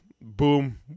boom